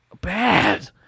Bad